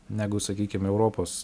negu sakykim europos